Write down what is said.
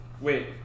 Wait